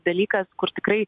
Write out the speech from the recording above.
dalykas kur tikrai